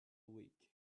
week